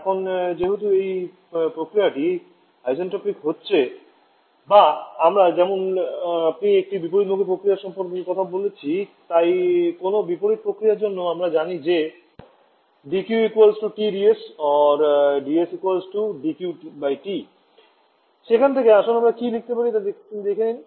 এখন যেহেতু এই প্রক্রিয়াটি ইন্সট্রপিক হচ্ছে বা আমরা যেমন একটি বিপরীতমুখী প্রক্রিয়া সম্পর্কে কথা বলছি তাই কোনও বিপরীত প্রক্রিয়ার জন্য আমরা জানি যে δQ Tds বা ds δQT সেখান থেকে আসুন আমরা কী লিখতে পারি তা দেখতে দিন